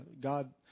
God